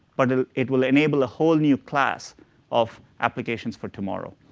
but ah it will enable a whole new class of applications for tomorrow.